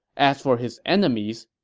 as for his enemies,